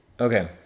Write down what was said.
Okay